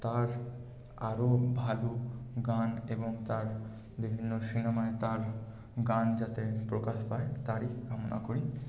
তার আরও ভালো গান এবং তার বিভিন্ন সিনেমায় তার গান যাতে প্রকাশ পায় তারই কামনা করি